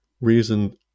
reason